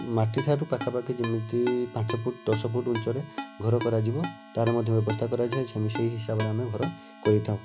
ମାଟି ଠାରୁ ପାଖାପାଖି ଯେମିତି ପାଞ୍ଚ ଫୁଟ୍ ଦଶ ଫୁଟ୍ ଉଚ୍ଛରେ ଘର କରାଯିବ ତା'ର ମଧ୍ୟ ବ୍ୟବସ୍ଥା କରାଯାଏ ସେମ୍ ସେହି ହିସାବରେ ଆମେ ଘର କରିଥାଉ